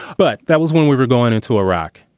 but that was when we were going into iraq.